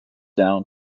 down